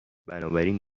بنابراین